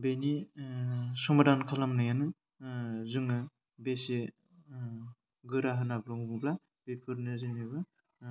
बेनि समादान खालामनायानो जोङो बेसे गोरा होन्ना बुङोब्ला बेफोरनो जेनेबा